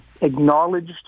acknowledged